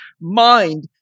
mind